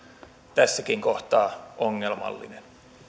tässäkin kohtaa ongelmallinen